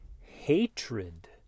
Hatred